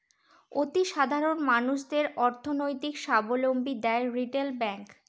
অতি সাধারণ মানুষদের অর্থনৈতিক সাবলম্বী দেয় রিটেল ব্যাঙ্ক